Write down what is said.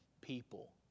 people